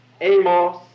Amos